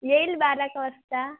येईल बारा एक वाजता